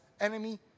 enemy